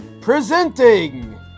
presenting